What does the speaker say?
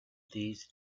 these